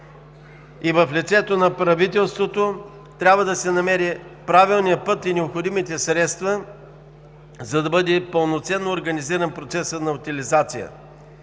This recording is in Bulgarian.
В лицето на правителството трябва да се намери правилният път и необходимите средства, за да бъде пълноценно организиран процесът на утилизация